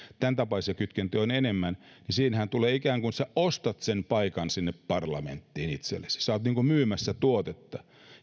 tämäntapaisia kytkentöjä on enemmän että sinä ikään kuin ostat itsellesi sen paikan sinne parlamenttiin sinä olet niin kuin myymässä tuotetta